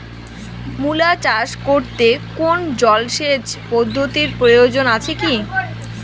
মূলা চাষ করতে কোনো জলসেচ পদ্ধতির প্রয়োজন আছে কী?